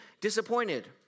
disappointed